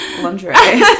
lingerie